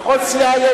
כל סיעה,